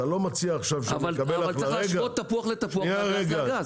אתה לא מציע עכשיו שנקבל --- אבל צריך להשוות תפוח לתפוח ואגס לאגס.